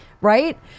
right